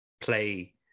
play